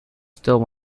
still